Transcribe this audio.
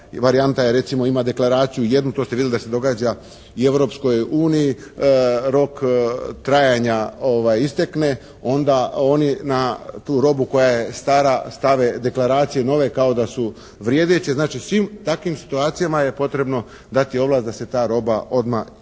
varijanta je recimo ima deklaraciju jednu. To ste vidjeli da se događa i Europskoj uniji. Rok trajanja istekne, onda oni na tu robu koja je stara stave deklaracije nove kao da su vrijedeće. Znači, svim takvim situacijama je potrebno dati ovlast da se ta roba odmah izuzme